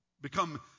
become